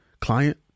client